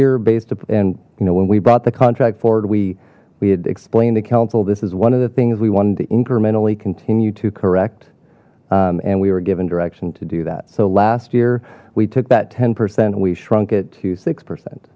based and you know when we brought the contract forward we we had explained the council this is one of the things we wanted to incremental e continue to correct and we were given direction to do that so last year we took that ten percent we shrunk it to six percent